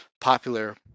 popular